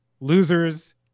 losers